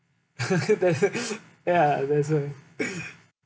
that ya that's true